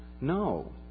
no